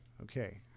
Okay